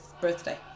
birthday